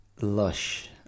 lush